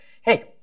hey